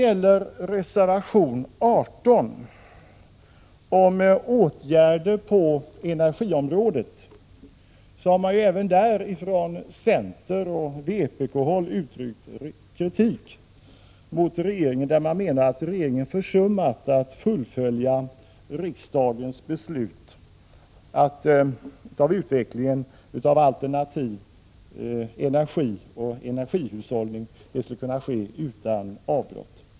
I reservation 18, som berör frågan om åtgärder på energiområdet, har också centern och vpk uttalat kritik mot regeringen. De menar att regeringen har försummat att fullfölja riksdagens beslut att utvecklingen av alternativ energi och energihushållning skulle ske utan avbrott.